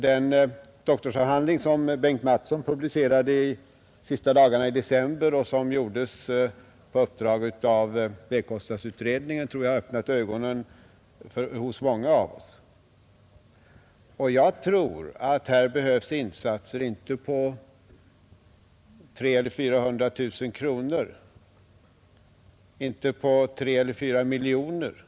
Den doktorsavhandling som Bengt Mattson publicerade någon av de sista dagarna i december och som gjordes på uppdrag av vägkostnadsutredningen tror jag har öppnat ögonen på många. Här behövs insatser, inte på 300 000 eller 400 000 kronor och inte på 3 miljoner eller 4 miljoner kronor.